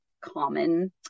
common